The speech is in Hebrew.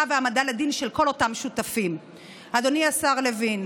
הקולטת, אשר אמורה